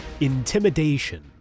Intimidation